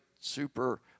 super